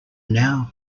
now